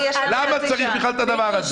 למה צריך בכלל את הדבר הזה.